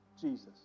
Jesus